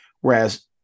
whereas